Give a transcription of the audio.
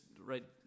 right